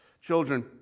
Children